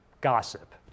gossip